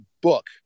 book